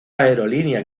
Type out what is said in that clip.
aerolínea